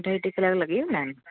अढाई टे कलाक लॻी वेंदा आहिनि